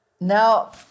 Now